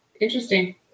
Interesting